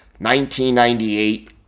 1998